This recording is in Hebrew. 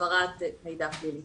העברת מידע פלילי.